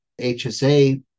HSA